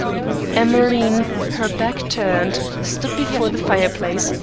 emmeline, her back turned, stood before the fireplace,